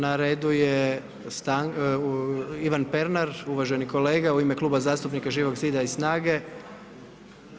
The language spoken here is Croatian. Na redu je Ivan Pernar, uvaženi kolega u ime Kluba zastupnika Živog zida i SNAGA-e.